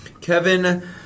Kevin